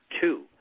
two